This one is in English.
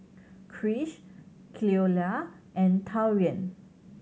Krish Cleola and Taurean